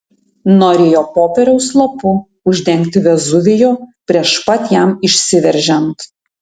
norėjo popieriaus lapu uždengti vezuvijų prieš pat jam išsiveržiant